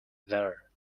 there